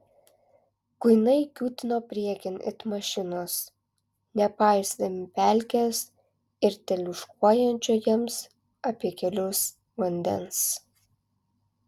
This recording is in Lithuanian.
kuinai kiūtino priekin it mašinos nepaisydami pelkės ir teliūškuojančio jiems apie kelius vandens